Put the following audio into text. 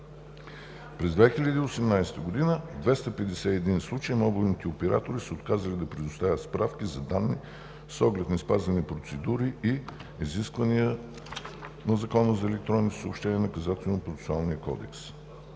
През 2018 г. в 251 случаи мобилните оператори са отказали да предоставят справки за данни с оглед неспазени процедури и изисквания на Закона за електронните съобщения и Наказателно-процесуалния кодекс.